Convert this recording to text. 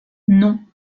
non